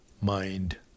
mind